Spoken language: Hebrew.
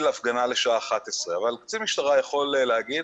הפגנה לשעה 23:00 אבל קצין משטרה יכול להגיד